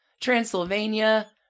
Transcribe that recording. Transylvania